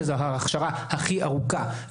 שזו ההכשרה הכי ארוכה,